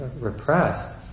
repressed